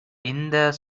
இந்த